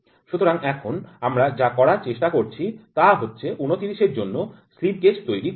সুতরাং এখন আমরা যা করার চেষ্টা করছি তা হচ্ছে ২৯ এর জন্য স্লিপ গেজ তৈরি করব